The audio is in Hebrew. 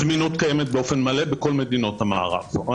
זמינות קיימת באופן מלא בכל מדינות המערב.